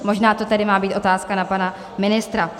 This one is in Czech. Možná to tedy má být otázka na pana ministra.